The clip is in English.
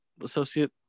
associate